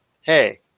hey